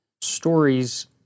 stories